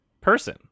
person